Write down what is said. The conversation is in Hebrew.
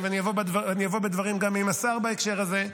אני אבוא בדברים גם עם השר בהקשר הזה,